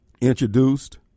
introduced